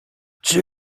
czy